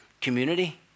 community